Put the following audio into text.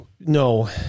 no